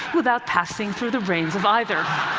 without passing through the brains of either.